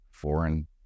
foreign